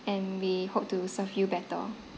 and we hope to serve you better